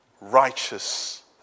righteous